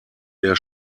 der